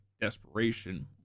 desperation